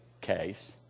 case